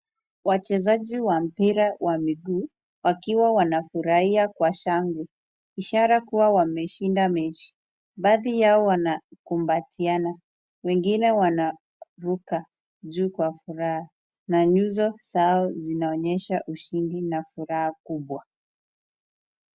Wachezaji wa mpira wa miguu wakiwa wanafurahia kwa shangwe . Ishara kuwa wameshinda mechi. Baadhi yao wanakumbatiana ,wengine wanaruka juu kwa furaha na nyuso zao zinaonyesha ushindi na furaha kubwa .